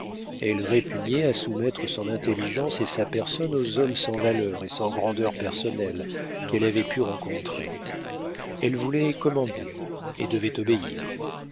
elle répugnait à soumettre son intelligence et sa personne aux hommes sans valeur et sans grandeur personnelle qu'elle avait pu rencontrer elle voulait commander et devait obéir